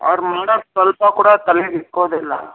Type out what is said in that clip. ಅವ್ರು ಮಾಡೋದು ಸ್ವಲ್ಪ ಕೂಡ ತಲೆಗೆ ಇಕ್ಕೋದಿಲ್ಲ